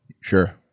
Sure